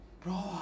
Bro